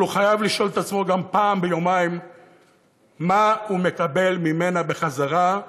אבל הוא חייב לשאול את עצמו גם פעם ביומיים מה הוא מקבל ממנה בחזרה.